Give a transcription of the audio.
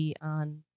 on